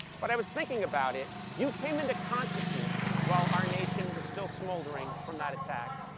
but i was thinking about it, you came into consciousness while our nation was still smoldering from that attack,